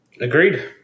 Agreed